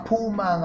Puma